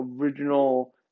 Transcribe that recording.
original